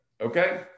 Okay